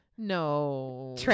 No